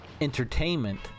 entertainment